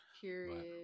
Period